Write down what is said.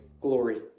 glory